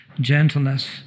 gentleness